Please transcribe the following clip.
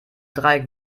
dreieck